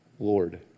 Lord